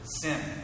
sin